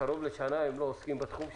קרוב לשנה הם לא עוסקים בתחום שלהם.